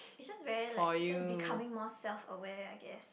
it's just very like just becoming more self aware I guess